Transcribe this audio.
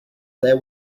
there